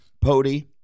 Pody